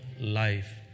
life